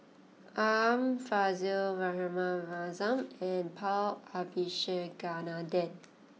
Art Fazil Rahayu Mahzam and Paul Abisheganaden